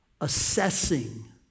Assessing